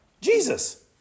Jesus